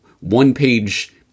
one-page